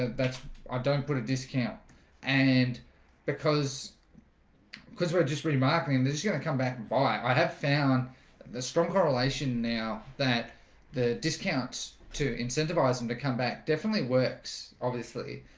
that's i don't put a discount and because because we're just remarking and this is yeah gonna come back by i have found the strong correlation. now that the discounts to incentivize them to come back definitely works obviously,